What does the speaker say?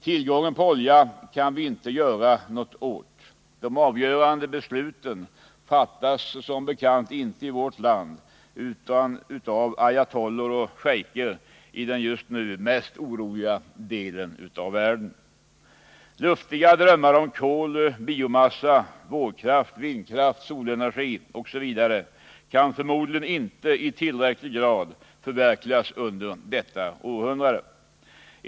Tillgången på olja kan vi inte göra något åt — de avgörande besluten fattas inte i vårt land utan av ayatollor och schejker i den just nu oroligaste delen av världen. Luftiga drömmar om kol, biomassa, vågkraft, vindkraft, solenergi osv. kan förmodligen inte i tillräcklig grad förverkligas under detta århundrade.